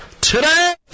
today